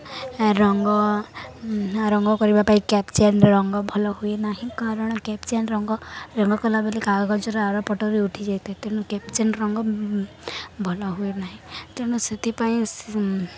ରଙ୍ଗ ରଙ୍ଗ କରିବା ପାଇଁ ସ୍କେଚ୍ ପେନ୍ ରଙ୍ଗ ଭଲ ହୁଏ ନାହିଁ କାରଣ ସ୍କେଚ୍ ପେନ୍ ରଙ୍ଗ ରଙ୍ଗ କଲାବେଳେ କାଗଜର ଆରପଟରେ ଉଠିଯାଇଥାଏ ତେଣୁ ସ୍କେଚ୍ ପେନ୍ ରଙ୍ଗ ଭଲ ହୁଏ ନାହିଁ ତେଣୁ ସେଥିପାଇଁ